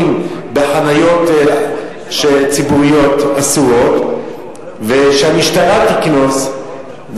בחניות ציבוריות אסורות והמשטרה תקנוס,